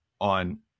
on